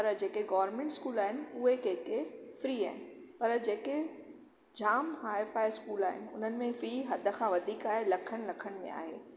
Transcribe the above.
पर जेके government school आहिनि उहे कंहिं कंहिं फ्री आहिनि पर जेके जाम हाए फाए स्कूल आहिनि हुननि में फी हद खां वधीक आहे लखनि लखनि मेंं आहे